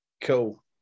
Cool